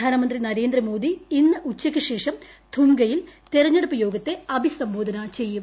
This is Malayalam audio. പ്രധാനമന്ത്രി നരേന്ദ്രമോദി ഇന്ന് ഉച്ചയ്ക്കുശേഷം ധുംകയിൽ തെരഞ്ഞെടുപ്പ് യോഗത്തെ അഭിസംബോധന ചെയ്യും